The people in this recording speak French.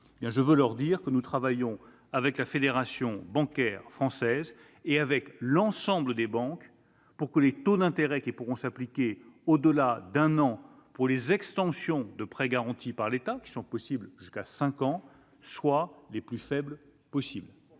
Je veux leur dire que nous travaillons avec la Fédération bancaire française et l'ensemble des banques pour que les taux d'intérêt qui pourront s'appliquer au-delà d'un an pour les extensions de prêts garantis par l'État, extensions qui sont possibles jusqu'à cinq ans, soient les plus faibles possible.